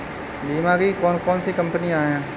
बीमा की कौन कौन सी कंपनियाँ हैं?